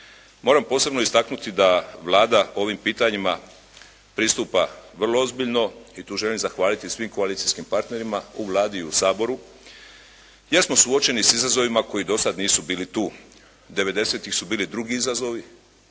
Moram posebno istaknuti da Vlada ovim pitanjima pristupa vrlo ozbiljno i tu želim zahvaliti svim koalicijskim partnerima u Vladi i u Saboru gdje smo suočeni s izazovima koji do sad nisu bili tu. '90.-tih su bili drugi izazovi,